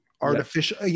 artificial